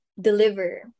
deliver